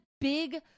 big